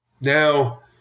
Now